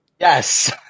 Yes